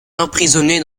emprisonné